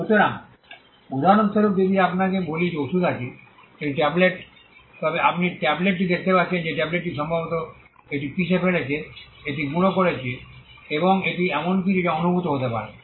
সুতরাং উদাহরণস্বরূপ যদি আমি আপনাকে বলি যে ওষুধ আছে একটি ট্যাবলেট তবে আপনি ট্যাবলেটটি দেখতে পাচ্ছেন যে ট্যাবলেটটি সম্ভবত এটি পিষে ফেলেছে এটি গুঁড়ো করে এবং এটি এমন কিছু যা অনুভূত হতে পারে